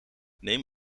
neem